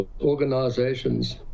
organizations